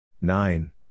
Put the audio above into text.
Nine